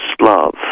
love